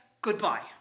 Goodbye